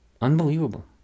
Unbelievable